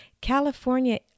California